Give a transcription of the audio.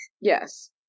Yes